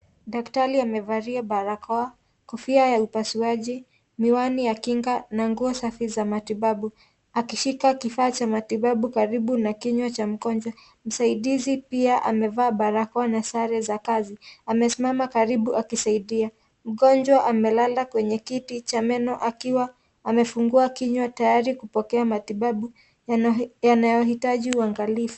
Daktari amevalia barakoa, kofia ya upasuaji ,miwani ya Kinga na nguo safi za matibabu. Akishika kifaa cha matibabu karibu na kinywa Cha mgonjwa. Msaidizi pia amevaa barakoa na Sare za kazi. Amesimama karibu akisaidia. Mgonjwa amelala kwenye kiti Cha meno akiwa amefungua kinywa tayari kupokea matibabu yanayoitaji uangalifu.